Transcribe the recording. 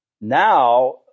now